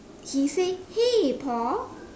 he say hey Paul